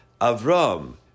Avram